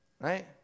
right